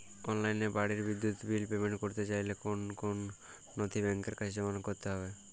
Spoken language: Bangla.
অনলাইনে বাড়ির বিদ্যুৎ বিল পেমেন্ট করতে চাইলে কোন কোন নথি ব্যাংকের কাছে জমা করতে হবে?